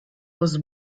was